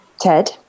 Ted